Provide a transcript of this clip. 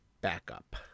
backup